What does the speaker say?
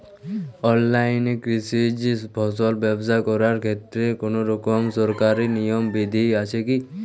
অনলাইনে কৃষিজ ফসল ব্যবসা করার ক্ষেত্রে কোনরকম সরকারি নিয়ম বিধি আছে কি?